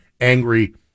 angry